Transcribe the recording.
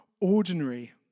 ordinary